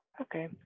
Okay